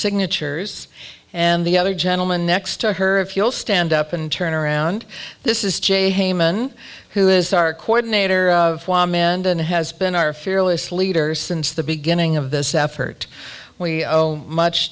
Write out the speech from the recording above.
signatures and the other gentleman next to her if you will stand up and turn around this is jay heyman who is our coordinator and and has been our fearless leader since the beginning of this effort we owe much